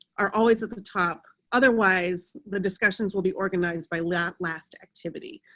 are always at the top, otherwise the discussions will be organized by lat last activity.